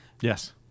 Yes